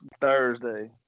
Thursday